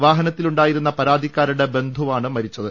വാഹനത്തിലുണ്ടായിരുന്ന പരാതിക്കാരുടെ ബന്ധുവാണ് മരിച്ചത്